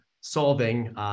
solving